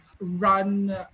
run